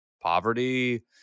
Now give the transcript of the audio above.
poverty